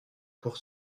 pour